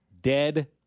Dead